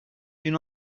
une